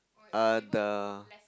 err the